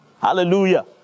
Hallelujah